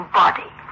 body